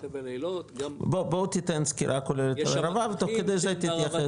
גם --- בוא תיתן סקירה כוללת על הערבה ותוך כדי זה תתייחס.